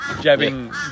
jabbing